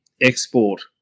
export